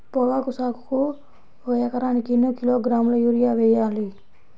పొగాకు సాగుకు ఒక ఎకరానికి ఎన్ని కిలోగ్రాముల యూరియా వేయాలి?